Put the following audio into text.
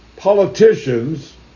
politicians